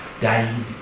died